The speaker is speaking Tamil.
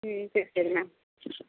ம் சரி சரி மேம்